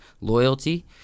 loyalty